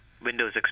Windows